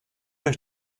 euch